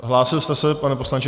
Hlásil jste se, pane poslanče?